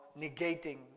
negating